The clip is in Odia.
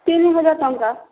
ତିନି ହଜାର ଟଙ୍କା